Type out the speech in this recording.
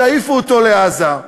תעיפו אותו לעזה.